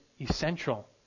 essential